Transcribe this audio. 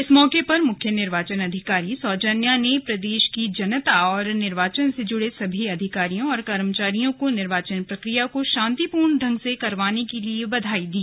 इसे मौके पर मुख्य निर्वाचन अधिकारी सौजन्या ने प्रदेश की जनता और निर्वाचन से जुड़े सभी अधिकारियों कर्मचारियों को निर्वाचन प्रक्रिया को शांतिपूर्ण ढंग से करवाने के लिए बधाई दी